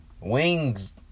wings